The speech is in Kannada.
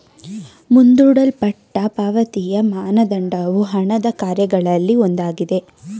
ಮುಂದೂಡಲ್ಪಟ್ಟ ಪಾವತಿಯ ಮಾನದಂಡವು ಹಣದ ಕಾರ್ಯಗಳಲ್ಲಿ ಒಂದಾಗಿದೆ